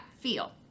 feel